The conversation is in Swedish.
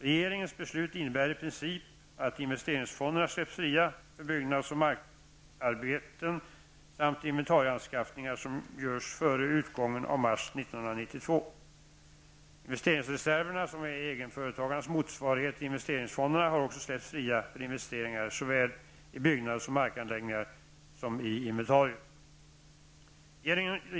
Regeringens beslut innebär i princip att investeringsfonderna släpps fria för byggnads och markarbeten samt inventarieanskaffningar som görs före utgången av mars 1992. Investeringsreserverna -- som är egenföretagarnas motsvarighet till investeringsfonderna -- har också släppts fria för investeringar såväl i byggnader och markanläggningar som i inventarier.